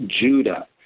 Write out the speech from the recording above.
Judah